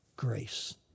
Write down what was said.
Grace